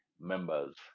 members